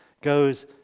goes